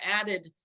added